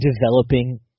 developing